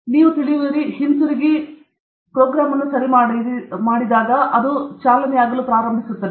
ನೀವು ತಿಳಿಯುವಿರಿ ನೀವು ಹಿಂತಿರುಗಬಹುದು ಮತ್ತು ಅದು ಸರಿಯಾಗಿ ಕೆಲಸ ಮಾಡಲು ಪ್ರಾರಂಭಿಸುತ್ತದೆ